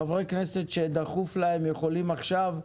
חברי כנסת שדחוף להם, יכולים עכשיו.